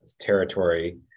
territory